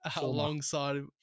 alongside